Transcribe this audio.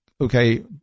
okay